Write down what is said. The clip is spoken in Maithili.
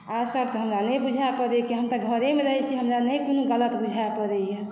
आर सब तऽ हमरा नहि बुझाइ पड़ैए हम तऽ घरेमे रहै छी हमरा नहि कोनो गलत बुझाए पड़ैए